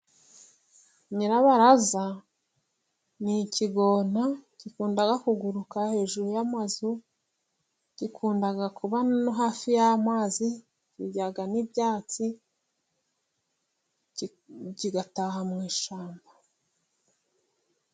Nyirabara ni ikigona gikunda kuguruka hejuru y'amazu，gikunda kuba no hafi y'amazi， kirya n'ibyatsi， kigataha mu ishyamba.